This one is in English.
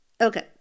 Okay